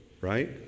right